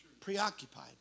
Preoccupied